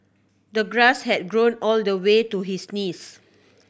the grass had grown all the way to his knees